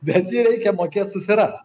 bet jį reikia mokėt susirast